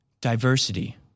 Diversity